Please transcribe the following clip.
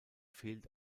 fehlt